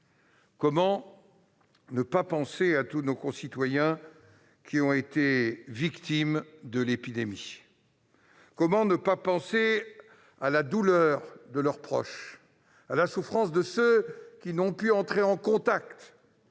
Comment ne pas penser à tous nos concitoyens qui ont été victimes de l'épidémie ? Comment ne pas penser à la douleur de leurs proches, à la souffrance de ceux qui n'ont pu entrer en contact